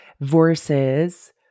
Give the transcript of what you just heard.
versus